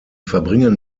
verbringen